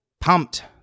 pumped